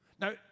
Now